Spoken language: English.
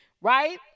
right